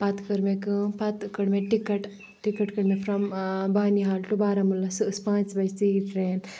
پَتہٕ کٔر مےٚ کٲم پَتہٕ کٔڑ مےٚ ٹِکَٹ ٹِکَٹ کٔر مےٚ فرٛام بانِحال ٹُو بارہمولہ سۄ ٲسۍ پانٛژِ بَجہِ ژیٖرۍ ٹرٛین